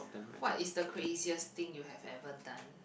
what is the craziest thing you have ever done